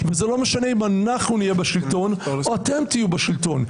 וזה לא משנה אם אנחנו נהיה בשלטון או אתם תהיו בשלטון.